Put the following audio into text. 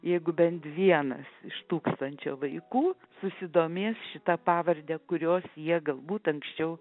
jeigu bent vienas iš tūkstančio vaikų susidomės šita pavarde kurios jie galbūt anksčiau